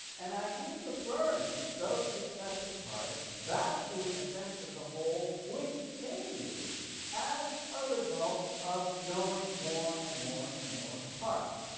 and i keep referring those successive parts back to a sense of the whole which changes as a result of knowing more and more and more parts.